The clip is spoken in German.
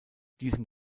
diesem